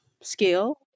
skill